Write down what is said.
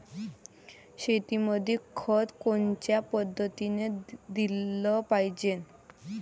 शेतीमंदी खत कोनच्या पद्धतीने देलं पाहिजे?